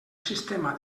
sistema